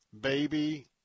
baby